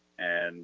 and